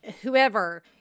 whoever –